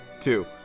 Two